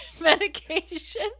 medication